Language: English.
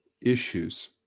issues